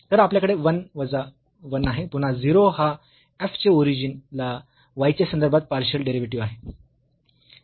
तर आपल्याकडे 1 वजा 1 आहे पुन्हा 0 हा f चे ओरिजिन ला y च्या संदर्भात पार्शियल डेरिव्हेटिव्ह आहे